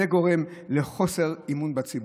זה גורם לחוסר אמון בציבור.